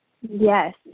Yes